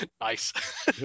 Nice